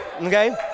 Okay